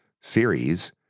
series